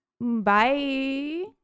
Bye